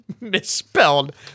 Misspelled